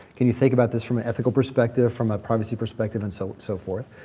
can you think about this from an ethical perspective, from a privacy perspective, and so so forth?